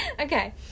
okay